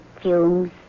fumes